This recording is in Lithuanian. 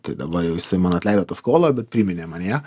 tai dabar jau jisai man atleido tą skolą bet priminė man ją